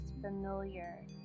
familiar